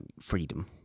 freedom